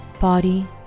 body